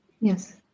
Yes